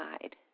side